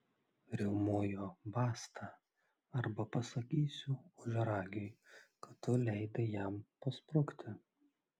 riaumojo basta arba pasakysiu ožiaragiui kad tu leidai jam pasprukti